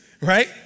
right